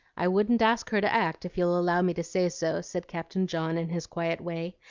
i wouldn't ask her to act, if you'll allow me to say so, said captain john, in his quiet way.